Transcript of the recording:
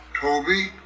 Toby